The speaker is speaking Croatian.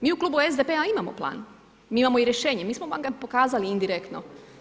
Mi u klubu SDP-a imamo plan, mi imamo rješenje, mi smo vam ga pokazali indirektno.